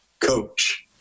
coach